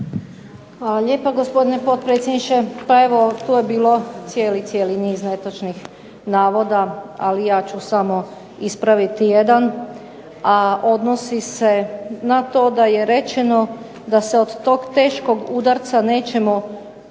Hvala lijepa gospodine potpredsjedniče. Pa evo tu je bilo cijeli, cijeli niz netočnih navoda, ali ja ću samo ispraviti jedan, a odnosi se na to da je rečeno da se od tog teškog udarca nećemo nikako